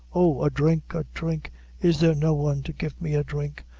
oh, a dhrink, a dhrink is there no one to get me a dhrink!